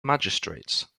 magistrates